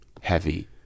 heavy